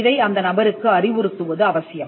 இதை அந்த நபருக்கு அறிவுறுத்துவது அவசியம்